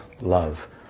love